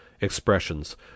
expressions